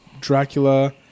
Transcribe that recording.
Dracula